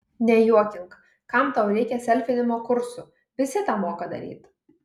nejuokink kam tau reikia selfinimo kursų visi tą moka daryt